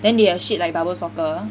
then they have shit like bubble soccer